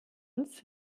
uns